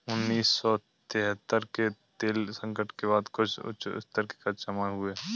उन्नीस सौ तिहत्तर के तेल संकट के बाद कुछ उच्च स्तर के कर्ज जमा हुए